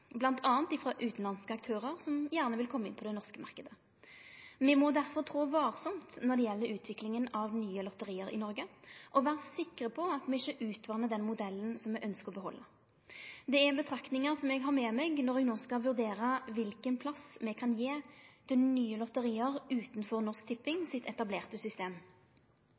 utanlandske aktørar som gjerne vil komme inn på den norske marknaden. Me må derfor trå varsamt når det gjeld utviklinga av nye lotteri i Noreg, og vere sikre på at me ikkje utvatnar den modellen me ønskjer å behalde. Dette er betraktningar som eg har med meg når eg no skal vurdere kva for plass me kan gje til nye lotteri utanfor Norsk Tipping sitt etablerte system.